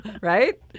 right